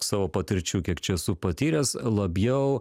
savo patirčių kiek čia esu patyręs labiau